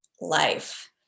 life